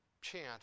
chance